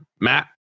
Matt